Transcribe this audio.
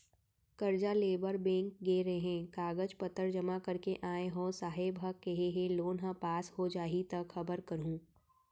करजा लेबर बेंक गे रेहेंव, कागज पतर जमा कर के आय हँव, साहेब ह केहे हे लोन ह पास हो जाही त खबर करहूँ